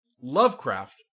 Lovecraft